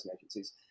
agencies